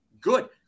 Good